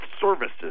Services